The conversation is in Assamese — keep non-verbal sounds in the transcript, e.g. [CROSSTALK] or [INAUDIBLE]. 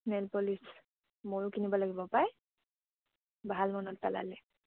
নেইল পলিছ ময়ো কিনিব লাগিব পায় ভাল মনত [UNINTELLIGIBLE]